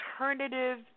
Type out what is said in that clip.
alternative